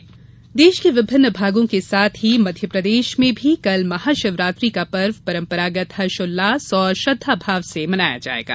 महाशिवरात्रि देश के विभिन्न भागों के साथ ही मध्यप्रदेश में भी महाशिवरात्रि का पर्व परंपरागत हर्ष उल्लास और श्रद्दाभाव से मनाया जायेगा